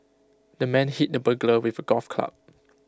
the man hit the burglar with A golf club